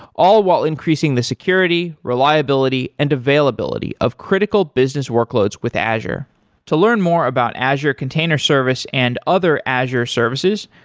all while increasing the security, reliability and availability of critical business workloads with azure to learn more about azure container service and other azure services,